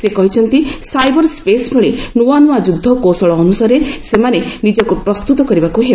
ସେ କହିଛନ୍ତି ସାଇବର୍ ସ୍ୱେସ୍ ଭଳି ନ୍ତ୍ରଆ ନ୍ତଆ ଯୁଦ୍ଧକୌଶଳ ଅନୁସାରେ ସେମାନେ ନିଜକୁ ପ୍ରସ୍ତୁତ କରିବାକୁ ହେବ